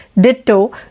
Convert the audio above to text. Ditto